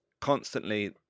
constantly